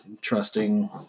trusting